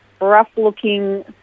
rough-looking